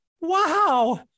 wow